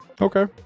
okay